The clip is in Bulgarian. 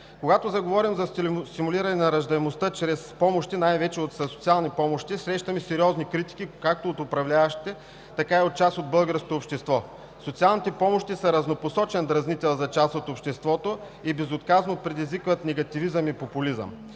Когато заговорим за стимулиране на раждаемостта чрез помощи, най-вече за социални помощи, срещаме сериозни критики както от управляващите, така и от част от българското общество. Социалните помощи са разнопосочен дразнител за част от обществото и безотказно предизвикват негативизъм и популизъм.